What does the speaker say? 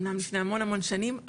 אמנם לפני המון המון שנים,